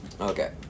okay